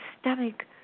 stomach